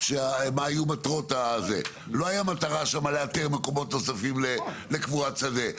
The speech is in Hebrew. מה היו המטרות הוועדה לא היה מטרה שם לאתר מקומות נוספים לקבורת שדה,